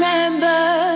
remember